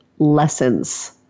lessons